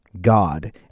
God